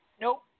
Nope